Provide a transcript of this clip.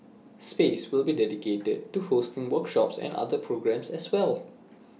space will be dedicated to hosting workshops and other programmes as well